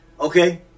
Okay